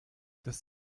das